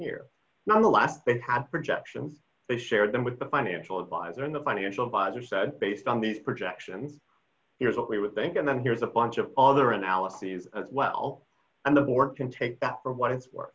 here nonetheless it had projections and share them with the financial advisor in the financial advisor said based on these projections here's what we would think and then here's a bunch of other analyses as well and the board can take that for what it's worth